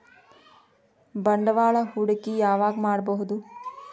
ಬಂಡವಾಳ ಹೂಡಕಿ ಯಾವಾಗ್ ಮಾಡ್ಬಹುದು?